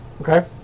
Okay